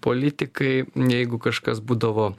politikai jeigu kažkas būdavo